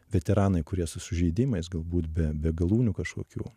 veteranai kurie su sužeidimais galbūt be be galūnių kažkokių